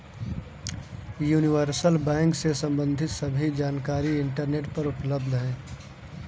universal bank से सम्बंधित सभी जानकारी इंटरनेट पर उपलब्ध है